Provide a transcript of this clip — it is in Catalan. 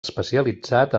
especialitzat